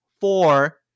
four